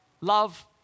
love